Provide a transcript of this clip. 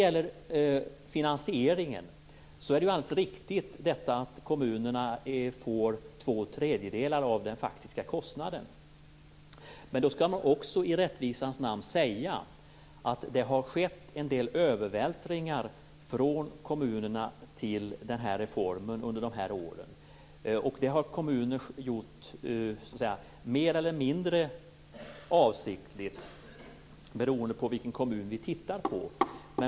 Det är alldeles riktigt att kommunerna ersätts med två tredjedelar av den faktiska kostnaden. Men i rättvisans namn skall det också sägas att det har skett en del övervältringar från kommunerna till denna reform. Så har en del kommuner gjort mer eller mindre avsiktligt beroende på vilken kommun det rör sig om.